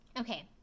Okay